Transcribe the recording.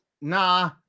nah